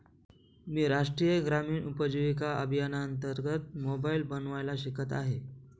मी राष्ट्रीय ग्रामीण उपजीविका अभियानांतर्गत मोबाईल बनवायला शिकत आहे